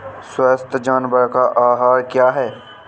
स्वस्थ जानवर का आहार क्या है?